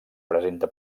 presenta